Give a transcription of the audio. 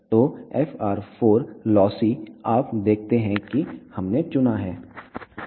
तो FR4 lossy आप देखते हैं कि हमने चुना है